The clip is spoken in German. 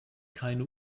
keine